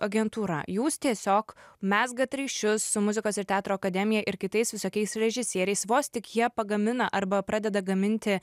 agentūra jūs tiesiog mezgat ryšius su muzikos ir teatro akademija ir kitais visokiais režisieriais vos tik jie pagamina arba pradeda gaminti